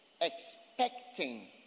expecting